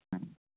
thank you